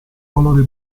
colore